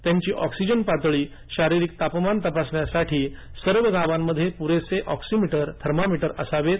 त्यांची ऑक्सिजन पातळी शारीरिक तापमान तपासण्यासाठी सर्व गावांमध्ये पुरेसे ऑक्सीमीटर थर्मामीटर असावेत